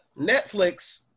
Netflix